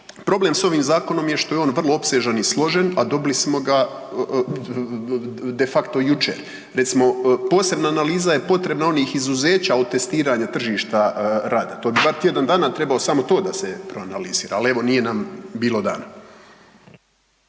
Problem s ovim zakonom je što je on vrlo opsežan i složen, a dobili smo ga de facto jučer. Recimo posebna analiza je potrebna onih izuzeća o testiranju tržišta rada, to bi bar tjedan dana trebao samo to da se proanalizira, al evo nije nam bilo dana.